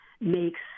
makes